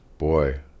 Boy